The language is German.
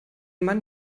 mann